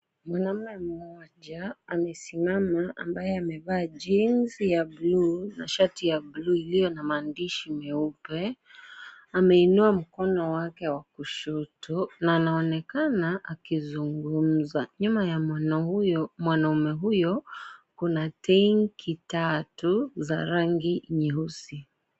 Mwanaume mmoja amesimama ambaye amevaa jesi ya bluu na shati ya bluu iliyo na maandishi meupe. Ameinua mkono wake wa kushoto na anaonekana akizungumza. Nyuma ya mwana huyo mwanaume huyu kuna tanki tatu za rangi nyeusi.